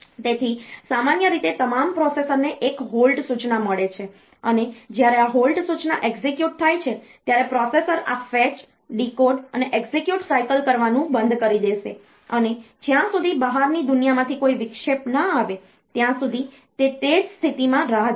તેથી સામાન્ય રીતે તમામ પ્રોસેસરોને 1 હૉલ્ટ સૂચના મળે છે અને જ્યારે આ હૉલ્ટ સૂચના એક્ઝિક્યુટ થાય છે ત્યારે પ્રોસેસર આ ફેચ ડીકોડ અને એક્ઝિક્યુટ સાયકલ કરવાનું બંધ કરી દેશે અને જ્યાં સુધી બહારની દુનિયામાંથી કોઈ વિક્ષેપ ન આવે ત્યાં સુધી તે તે જ સ્થિતિમાં રાહ જોશે